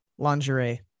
Lingerie